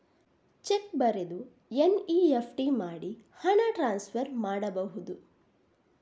Check ಬರೆದು NEFT ಮಾಡಿ ಹಣ ಟ್ರಾನ್ಸ್ಫರ್ ಮಾಡಬಹುದು?